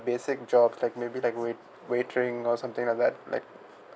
basic job like maybe like wait~ waiter or something like that like